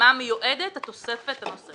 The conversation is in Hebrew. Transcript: ולמה מיועדת התוספת הנוספת.